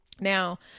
Now